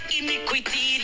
iniquity